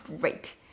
Great